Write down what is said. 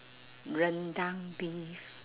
rendang beef